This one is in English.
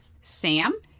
Sam